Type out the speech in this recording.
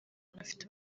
afite